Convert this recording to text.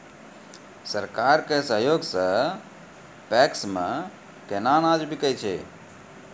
सरकार के सहयोग सऽ पैक्स मे केना अनाज बिकै छै?